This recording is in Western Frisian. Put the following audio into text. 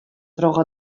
troch